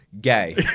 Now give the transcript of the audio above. gay